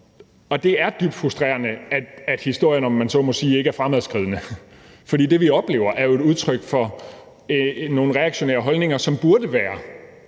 Og det er dybt frustrerende, at historien, om man så må sige, ikke er fremadskridende. For det, vi oplever, er jo et udtryk for nogle reaktionære holdninger, som burde være